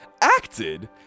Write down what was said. acted